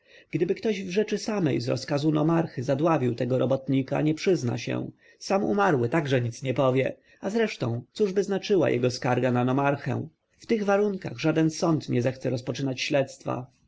gdyby ktoś w rzeczy samej z rozkazu nomarchy zadławił tego robotnika nie przyzna się sam umarły także nic nie powie a zresztą cóżby znaczyła jego skarga na nomarchę w tych warunkach żaden sąd nie zechce rozpoczynać śledztwa